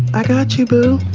i got to boo.